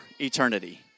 eternity